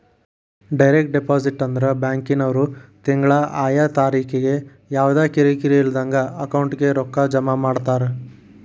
direct deposit ಅಂದ್ರ ಬ್ಯಾಂಕಿನ್ವ್ರು ತಿಂಗ್ಳಾ ಆಯಾ ತಾರಿಕಿಗೆ ಯವ್ದಾ ಕಿರಿಕಿರಿ ಇಲ್ದಂಗ ಅಕೌಂಟಿಗೆ ರೊಕ್ಕಾ ಜಮಾ ಮಾಡ್ತಾರ